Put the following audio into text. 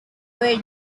were